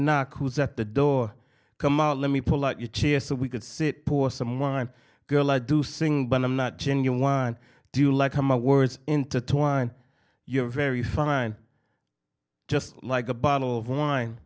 knock who's at the door come out let me pull out your chair so we can sit poor some wine girl i do sing but i'm not genuine do you like i'm a words into twine your very fine just like a bottle of wine